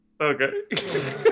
Okay